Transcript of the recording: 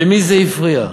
למי זה הפריע?